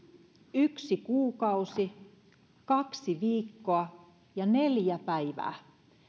yksi kuukausi kaksi viikkoa ja neljä päivää